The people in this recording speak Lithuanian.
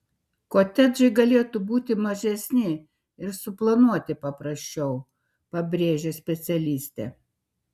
kotedžai galėtų būti mažesni ir suplanuoti paprasčiau pabrėžia specialistė